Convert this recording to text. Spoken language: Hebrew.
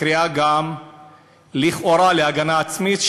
הקריאה גם לכאורה להגנה עצמית,